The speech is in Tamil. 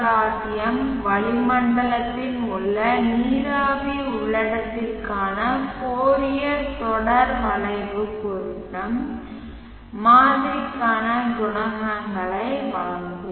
m வளிமண்டலத்தில் உள்ள நீராவி உள்ளடக்கத்திற்கான ஃபோரியர் தொடர் வளைவு பொருத்தம் மாதிரிக்கான குணகங்களை வழங்கும்